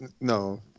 no